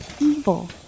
evil